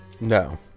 No